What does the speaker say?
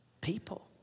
People